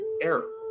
error